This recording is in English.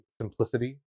simplicity